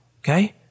okay